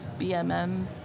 BMM